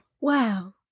Wow